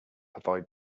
avoid